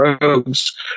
rogues